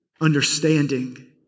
understanding